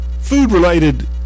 food-related